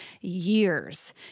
years